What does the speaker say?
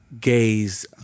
gaze